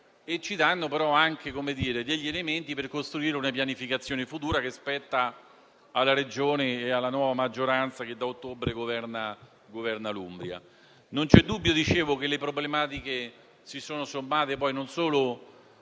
e, dall'altro degli elementi per costruire una pianificazione futura che spetta alla Regione e alla nuova maggioranza che da ottobre governerà l'Umbria.